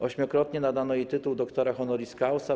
Ośmiokrotnie nadano jest tytuł doktora honoris causa.